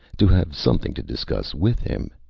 to have something to discuss with him.